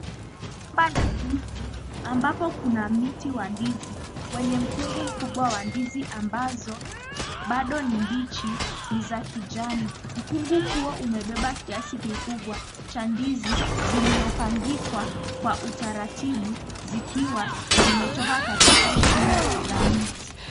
Shamba la ndizi ambapo kuna miti wa ndizi, wenye mkungu mkubwa wa ndizi, ambazo bado ni mbichi, ni za kijani. Mkungu huo umebeba kiasi kikubwa cha ndizi ziliopangikwa kwa utaratibu zikiwa zimetoka katika shina la miti.